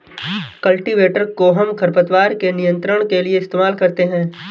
cultivator कोहम खरपतवार के नियंत्रण के लिए इस्तेमाल करते हैं